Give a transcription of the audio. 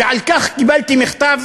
ועל כך קיבלתי שלשום מכתב